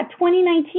2019